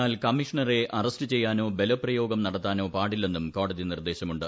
എന്നാൽ കമ്മീഷണരെ അറസ്റ്റ് ചെയ്യാനോ ബലപ്രയോഗം നടത്താനോ പാടില്ലെന്നും കോടതി നിർദ്ദേശമുണ്ട്